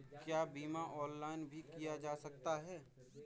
क्या बीमा ऑनलाइन भी किया जा सकता है?